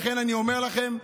לכן אני אומר לכם,